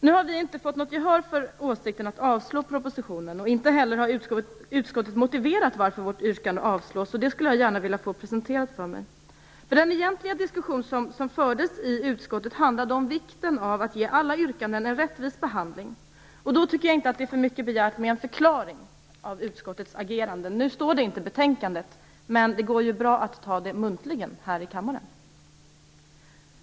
Nu har vi inte fått något gehör för åsikten att man borde avslå propositionen. Inte heller har utskottet motiverat varför vårt yrkande avslås, och det skulle jag gärna vilja att de gjorde. Den diskussion som egentligen fördes i utskottet handlade om vikten av att ge alla yrkanden en rättvis behandling, och då tycker jag inte att det är för mycket begärt med en förklaring till utskottets agerande. Det står inte i betänkandet, men det går ju bra att ta det muntligt här i kammaren.